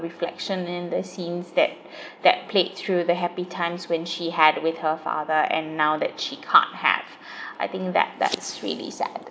reflection in the scenes that that played through the happy times when she had with her father and now that she can't have I think that that's really sad